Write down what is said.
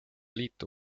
liitu